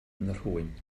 nhrwyn